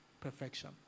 Perfection